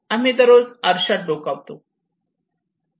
आम्ही दररोज आरशात डोकावतो